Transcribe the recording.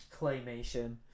claymation